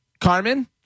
Carmen